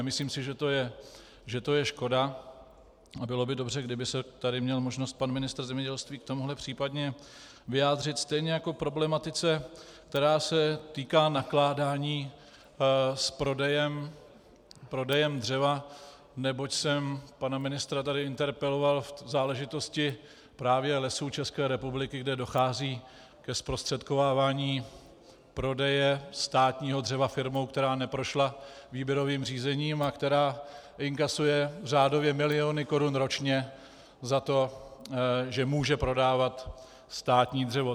Myslím si, že to je škoda a bylo by dobře, kdyby se tu měl možnost pan ministr zemědělství k tomuto případně vyjádřit, stejně jako k problematice, která se týká nakládání s prodejem dřeva, neboť jsem pana ministra tady interpeloval v záležitosti právě Lesů České republiky, kde dochází ke zprostředkovávání prodeje státního dřeva firmou, která neprošla výběrovým řízením a která inkasuje řádově miliony korun ročně za to, že může prodávat státní dřevo.